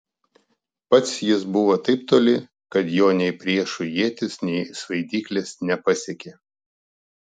pats jis buvo taip toli kad jo nei priešų ietys nei svaidyklės nepasiekė